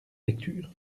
lecture